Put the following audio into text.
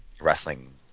wrestling